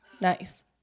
nice